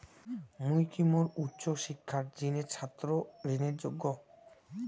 মুই কি মোর উচ্চ শিক্ষার জিনে ছাত্র ঋণের যোগ্য?